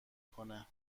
کنه